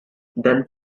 than